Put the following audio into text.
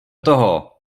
toho